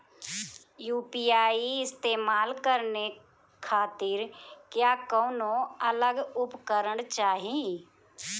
UPI इस्तेमाल करने खातिर क्या कौनो अलग उपकरण चाहीं?